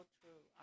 true